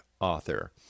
Author